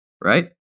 right